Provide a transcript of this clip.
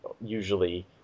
usually